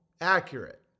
accurate